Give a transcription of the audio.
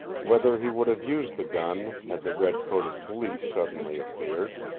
whether he would have used the gun had the red-coated police suddenly appeared,